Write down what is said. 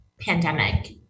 pandemic